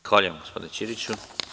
Zahvaljujem gospodine Ćiriću.